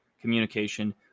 communication